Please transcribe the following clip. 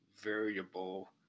variable